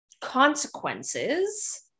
consequences